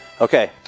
Okay